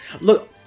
Look